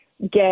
get